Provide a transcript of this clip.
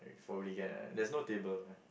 there's no table ah